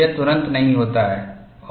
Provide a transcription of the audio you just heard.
यह तुरंत नहीं होता है